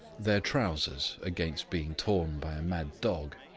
their trousers against being torn by a mad dog.